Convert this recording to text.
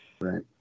Right